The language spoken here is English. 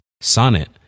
Sonnet